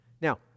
Now